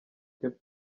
cape